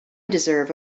deserve